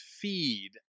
feed